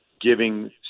giving